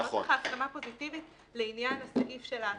אני לא צריכה הסכמה פוזיטיבית לעניין התקופה.